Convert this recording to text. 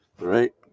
right